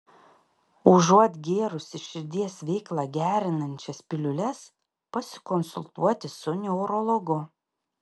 užuot gėrusi širdies veiklą gerinančias piliules pasikonsultuoti su neurologu